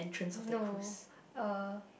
no uh